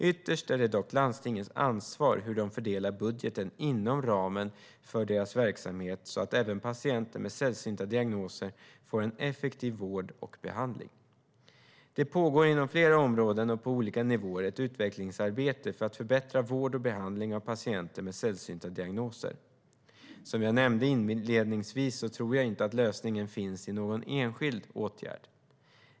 Ytterst är det dock landstingens ansvar hur de fördelar budgeten inom ramen för deras verksamhet så att även patienter med sällsynta diagnoser får en effektiv vård och behandling. Det pågår inom flera områden och på olika nivåer ett utvecklingsarbete för att förbättra vård och behandling av patienter med sällsynta diagnoser. Som jag nämnde inledningsvis tror jag inte att lösningen finns i någon enskild åtgärd.